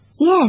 Yes